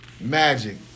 Magic